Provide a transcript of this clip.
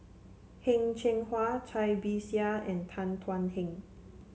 Heng Cheng Hwa Cai Bixia and Tan Thuan Heng